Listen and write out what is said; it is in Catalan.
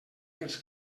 pels